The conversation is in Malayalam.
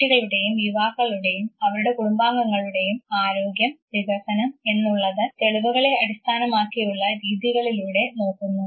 കുട്ടികളുടെയും യുവാക്കളുടെയും അവരുടെ കുടുംബങ്ങളുടെയും ആരോഗ്യം വികസനം എന്നുള്ളത് തെളിവുകളെ അടിസ്ഥാനമാക്കിയുള്ള രീതികളിലൂടെ നോക്കുന്നു